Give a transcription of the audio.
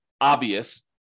obvious